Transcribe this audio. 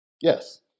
Yes